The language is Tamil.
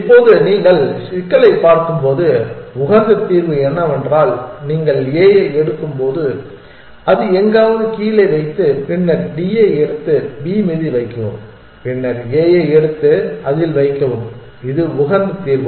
இப்போது நீங்கள் சிக்கலைப் பார்க்கும்போது உகந்த தீர்வு என்னவென்றால் நீங்கள் A ஐ எடுக்கும் போது அதை எங்காவது கீழே வைத்து பின்னர் D ஐ எடுத்து B மீது வைக்கவும் பின்னர் A ஐ எடுத்து அதில் வைக்கவும் இது உகந்த தீர்வு